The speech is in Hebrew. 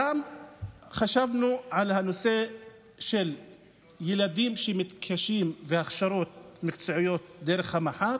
גם חשבנו על הנושא של ילדים שמתקשים והכשרות מקצועיות דרך המח"ר,